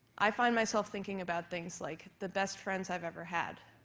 i find myself thinking about things like the best friends i've ever had,